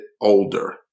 older